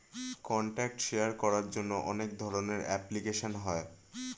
contact share করার জন্য অনেক ধরনের অ্যাপ্লিকেশন হয়